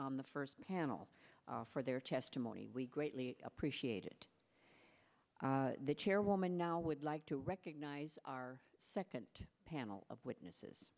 the first panel for their testimony we greatly appreciated the chairwoman now would like to recognize our second panel of witnesses